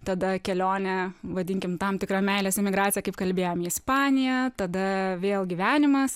tada kelionę vadinkim tam tikra meilės emigracija kaip kalbėjom į ispaniją tada vėl gyvenimas